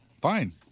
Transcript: Fine